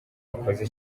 wakoze